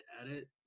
edit